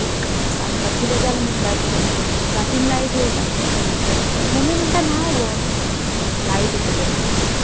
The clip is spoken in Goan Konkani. एक सांगपाची गजाल म्हटल्यार राती लायट वयता मम्मी म्हणटा न्हांव गो लायट येता तेन्ना न्हांवतलें